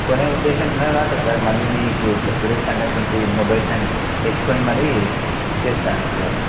కొనే ఉద్దేశం ఉన్నది కాబట్టే సార్ మళ్ళీ మీకు ఇట్లా సురేష్ కంటెంసెన్సీ మొబైల్స్ అని తెచ్చుకోని మరీ చేస్తాన్న ఫోను